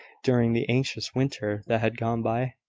during the anxious winter that had gone by.